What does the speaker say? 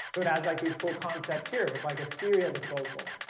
so it has like these cool concepts here with like a serial disposal,